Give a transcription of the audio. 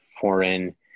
foreign